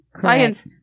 Science